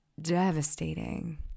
devastating